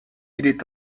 est